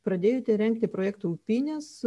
pradėjote rengti projektą upynės